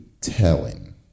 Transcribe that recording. telling